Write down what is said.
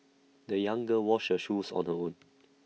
the young girl washed her shoes on her own